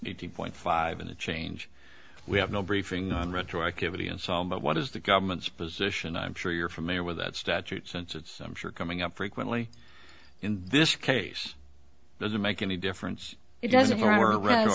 two point five minute change we have no briefing on retroactivity and sol but what is the government's position i'm sure you're familiar with that statute since it's i'm sure coming up frequently in this case doesn't make any difference it doesn't